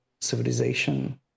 civilization